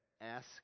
Ask